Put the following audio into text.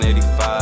85